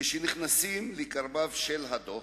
כשנכנסים לקרביו של הדוח,